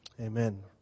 Amen